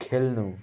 खेल्नु